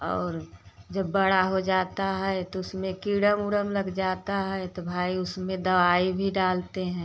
और जब बड़ा हो जाता है तो उसमें कीड़ा ओड़ा लग जाता है तो भाई उसमें दवाई भी डालते हैं